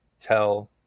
tell